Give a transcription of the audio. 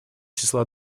числа